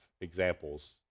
examples